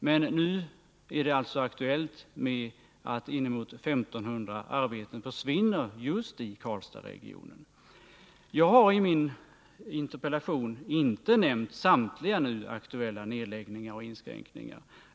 Men nu är det alltså aktuellt att inemot 1 500 arbeten skall försvinna just i Karlstadsregionen. Jag har i interpellationen inte nämnt samtliga nu aktuella nedläggningar och inskränkningar.